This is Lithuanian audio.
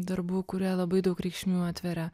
darbų kurie labai daug reikšmių atveria